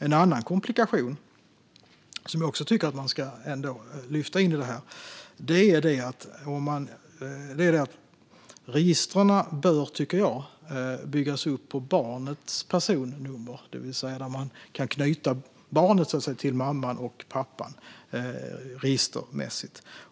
En annan komplikation som ska lyftas in i detta är att registren bör - tycker jag - byggas upp på barnets personnummer, det vill säga att man registermässigt knyter barnet till mamman och pappan.